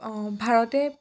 ভাৰতে